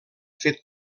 fet